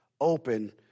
open